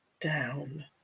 down